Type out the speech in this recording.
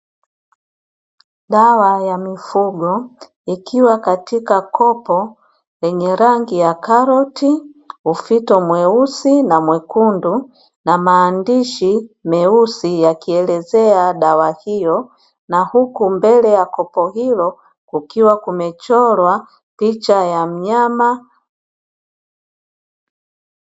Dawa ya mifugo ikiwa katika kopo, yenye rangi ya karoti, ufito mweusi na mwekundu, na maandishi meusi yakielezea dawa hiyo, na huku mbele ya kopo hilo, kukiwa kumechorwa picha ya mnyama.